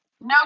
No